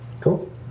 Cool